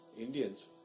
Indians